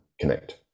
connect